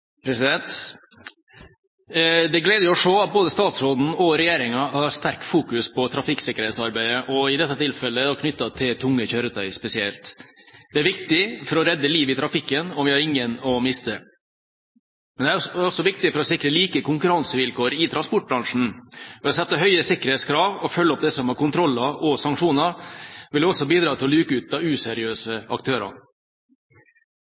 gledelig å se at både statsråden og regjeringa fokuserer mye på trafikksikkerhetsarbeidet, i dette tilfellet spesielt knyttet til tunge kjøretøy. Det er viktig å redde liv i trafikken – vi har ingen å miste. Det er også viktig å sikre like konkurransevilkår i transportbransjen. Å sette høye sikkerhetskrav og å følge opp disse med kontroller og sanksjoner vil også bidra til å luke ut useriøse aktører. Trafikksikkerhetsarbeidet starter med en god infrastruktur. Dessverre er for mange av